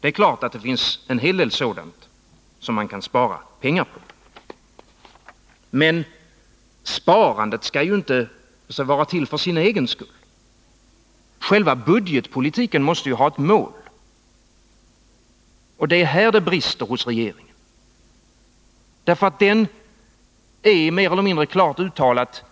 Det är klart att det finns en hel del sådant som man kan spara pengar på. Men sparandet skall ju inte ske för sin egen skull. Själva budgetpolitiken måste ju ha ett mål. Det är här det brister hos regeringen. Den är mer eller mindre klart uttalat